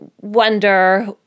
wonder